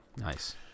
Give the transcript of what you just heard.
Nice